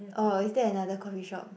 orh is that another coffee shop